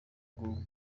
ngubu